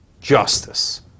justice